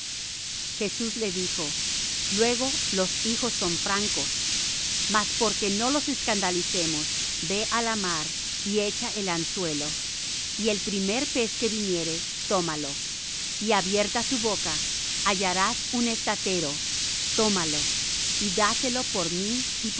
jesús le dijo luego los hijos son francos mas porque no los escandalicemos ve á la mar y echa el anzuelo y el primer pez que viniere tómalo y abierta su boca hallarás un estatero tómalo y dáselo por mí